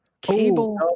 cable